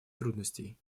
трудностей